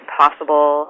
possible